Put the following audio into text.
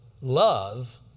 love